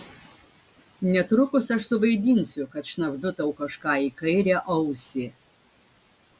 netrukus aš suvaidinsiu kad šnabždu tau kažką į kairę ausį